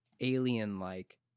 alien-like